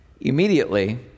Immediately